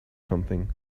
something